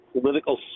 political